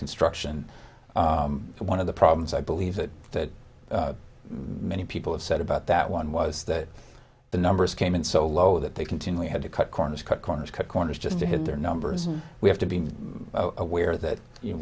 construction one of the problems i believe that many people have said about that one was that the numbers came in so low that they continually had to cut corners cut corners cut corners just to hit their numbers and we have to be aware that